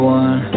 one